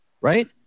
Right